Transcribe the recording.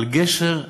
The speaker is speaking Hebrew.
על גשר,